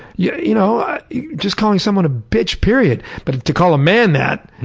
yeah you know just calling someone a bitch, period. but to call a man that,